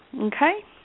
Okay